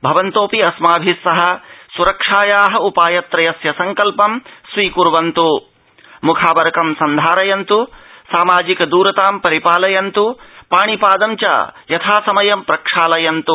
भवन्तोऽपि अस्माभि सह सुरक्षाया उपाय त्रयस्य सङ्कल्पं स्वीकुर्वन्तु मुखावरकं सन्धारयन्तु सामाजिक दुरतां परिपालयन्तु पाणिपाद च यथासमयं प्रक्षालयन्त्